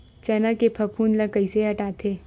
चना के फफूंद ल कइसे हटाथे?